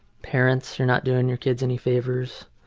parents, you're not doing your kids any favors.